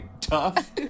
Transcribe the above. tough